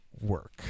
work